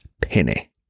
penny